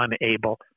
unable